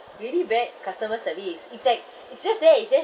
really bad customer service it's like it's just there it's just